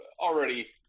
already